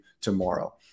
tomorrow